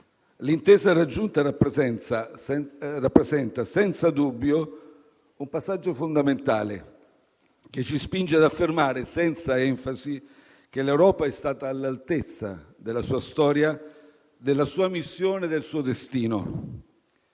L'intesa raggiunta rappresenta senza dubbio un passaggio fondamentale, che ci spinge ad affermare, senza enfasi, che l'Europa è stata all'altezza della sua storia, della sua missione e del suo destino.